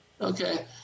Okay